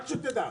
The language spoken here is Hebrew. רק שתדע,